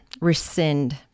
rescind